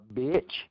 bitch